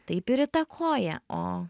taip ir įtakoja o